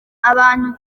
abantu